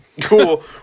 Cool